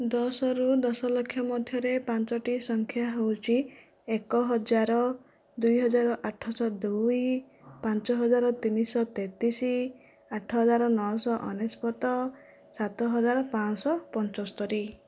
ଦଶରୁ ଦଶଲକ୍ଷ ମଧ୍ୟରେ ପାଞ୍ଚଟି ସଂଖ୍ୟା ହେଉଛି ଏକହଜାର ଦୁଇହଜାର ଆଠଶହ ଦୁଇ ପାଞ୍ଚହଜାର ତିନିଶହ ତେତିଶ ଆଠହଜାର ନଅଶହ ଅନେଶ୍ଵତ ସାତହଜାର ପାଞ୍ଚଶହ ପଞ୍ଚସ୍ତୋରି